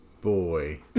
boy